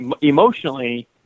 emotionally